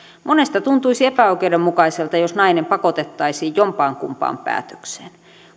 monesta tuntuisi epäoikeudenmukaiselta jos nainen pakotettaisiin jompaankumpaan päätökseen